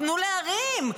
תנו להרים.